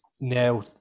now